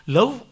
Love